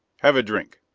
have a drink.